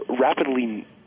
rapidly